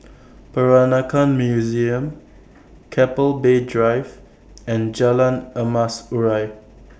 Peranakan Museum Keppel Bay Drive and Jalan Emas Urai